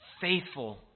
faithful